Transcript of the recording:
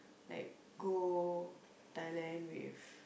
like go Thailand with